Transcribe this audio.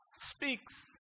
speaks